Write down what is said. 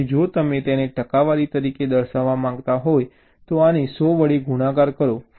તેથી જો તમે તેને ટકાવારી તરીકે દર્શાવવા માંગતા હો તો આને 100 વડે ગુણાકાર કરો